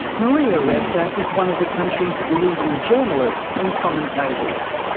maria ressa is one of the country's leading journalists and commentators.